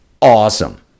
Awesome